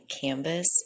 canvas